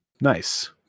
Nice